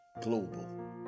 global